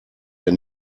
der